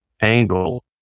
angle